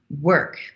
Work